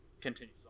continues